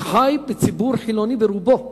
אני חי בציבור שרובו חילוני,